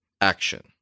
action